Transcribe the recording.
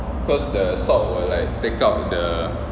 because the salt will like take out the